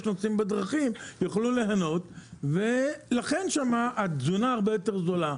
שנוסעים בדרכים יוכלו ליהנות ולכן שם התזונה הרבה יותר זולה.